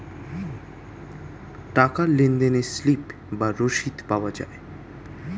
টাকার লেনদেনে স্লিপ বা রসিদ পাওয়া যায়